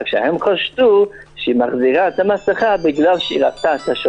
רק שהם חשדו שהיא מחזירה את המסכה בגלל שהיא ראתה אותם.